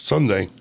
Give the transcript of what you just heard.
Sunday